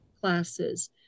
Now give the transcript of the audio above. classes